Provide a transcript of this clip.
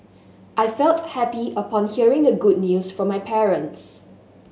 I felt happy upon hearing the good news from my parents